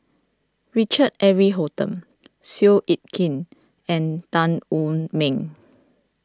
Richard Eric Holttum Seow Yit Kin and Tan Wu Meng